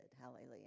hallelujah